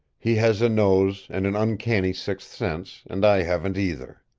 he has a nose, and an uncanny sixth sense, and i haven't either.